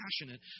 passionate